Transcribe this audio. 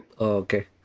Okay